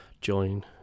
join